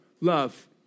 love